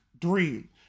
Dream